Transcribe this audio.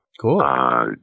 Cool